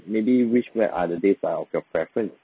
maybe which flight are the dates of your preference